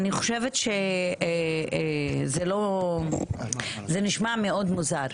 חושבת שזה נשמע מאוד מוזר.